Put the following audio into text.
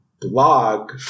blog